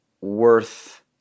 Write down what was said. worth